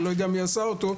אני לא יודע מי עשה אותו,